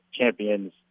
champions